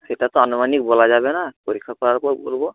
সেটা তো আনুমানিক বলা যাবে না পরীক্ষা করার পর বলব